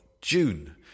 June